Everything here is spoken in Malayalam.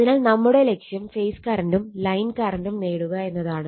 അതിനാൽ നമ്മുടെ ലക്ഷ്യം ഫേസ് കറണ്ടും ലൈൻ കറണ്ടും നേടുക എന്നതാണ്